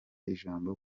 ijambo